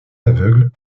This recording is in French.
aveugles